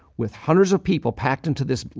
with hundreds of people packed into this,